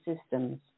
systems